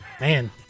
man